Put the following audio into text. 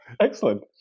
excellent